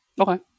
okay